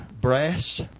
brass